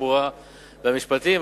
התחבורה והמשפטים.